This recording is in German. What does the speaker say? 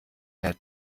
herr